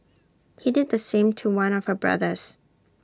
he did the same to one of her brothers